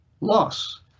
loss